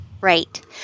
Right